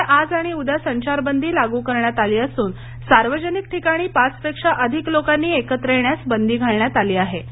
दिल्लीमध्ये आज आणि उद्या संचारबदी लागू करण्यात आली असून सार्वजनिक ठिकाणी पाच पेक्षा अधिक लोकांनी एकत्र येण्यास बंदी घालण्यात आली आहे